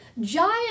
giant